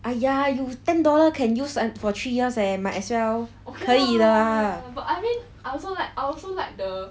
!aiya! you ten dollar can use for three years leh might as well 可以 lah